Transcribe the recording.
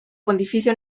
pontificia